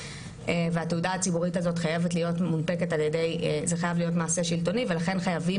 והנפקת התעודה הזאת חייבת להיות מעשה שלטוני ולכן חייבים